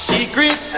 Secret